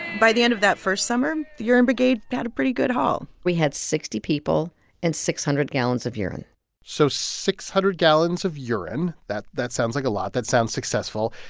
by the end of that first summer, the urine brigade had a pretty good haul we had sixty people and six hundred gallons of urine so six hundred gallons of urine that that sounds like a lot. that sounds successful.